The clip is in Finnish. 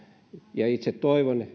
ja itse toivon